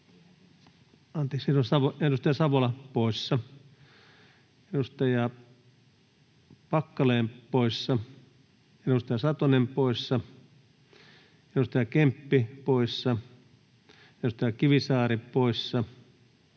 poissa, edustaja Savola poissa, edustaja Packalén poissa, edustaja Satonen poissa, edustaja Kemppi poissa, edustaja Kivisaari poissa,